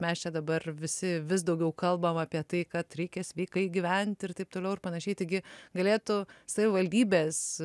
mes čia dabar visi vis daugiau kalbam apie tai kad reikia sveikai gyvent ir taip toliau ir panašiai taigi galėtų savivaldybės